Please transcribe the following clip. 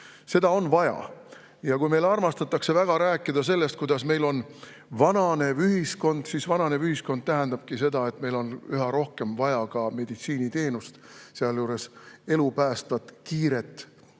Seda on vaja. Meil armastatakse väga rääkida sellest, kuidas meil on vananev ühiskond. Vananev ühiskond tähendabki seda, et meil on üha rohkem vaja meditsiiniteenust, sealjuures elupäästvat ja kiiret